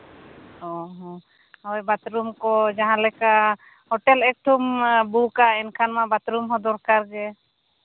ᱚ ᱦᱚᱸ ᱦᱳᱭ ᱵᱟᱛᱷᱨᱩᱢ ᱠᱚ ᱡᱟᱦᱟᱸ ᱞᱮᱠᱟ ᱦᱳᱴᱮᱞ ᱮᱠᱴᱩᱢ ᱵᱩᱠᱼᱟ ᱮᱱᱠᱷᱟᱱ ᱢᱟ ᱵᱟᱛᱷᱨᱩᱢ ᱦᱚᱸ ᱫᱚᱨᱠᱟᱨ ᱜᱮ